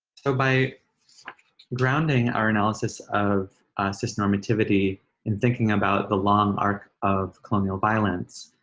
so by grounding our analysis of cis-normativity and thinking about the long arc of colonial violence,